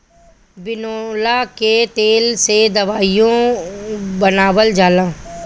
बिनौला के तेल से दवाईओ बनावल जाला